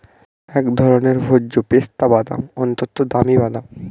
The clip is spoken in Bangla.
এক ধরনের ভোজ্য পেস্তা বাদাম, অত্যন্ত দামি বাদাম